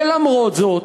ולמרות זאת,